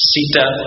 Sita